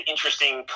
Interesting